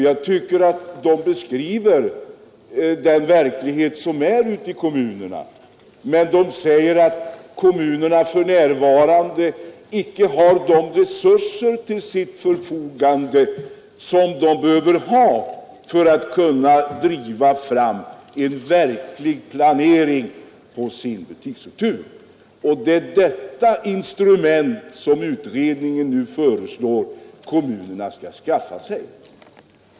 Jag tycker att utredningen beskriver den verklighet som råder ute i kommunerna när utredningen säger att kommunerna för närvarande icke har de resurser till sitt förfogande som de behöver ha för att kunna driva fram en verklig planering av butiksstrukturen. Det är detta instrument som utredningen nu föreslår att kommunerna skall skaffa sig.